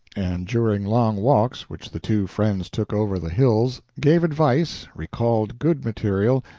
and during long walks which the two friends took over the hills gave advice, recalled good material,